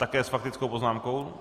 Také s faktickou poznámkou?